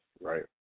right